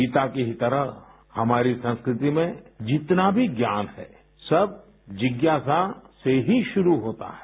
गीता की ही तरह हमारी संस्कृति में जितना भी ज्ञान है सब जिज्ञासा से ही शुरू होता है